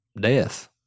Death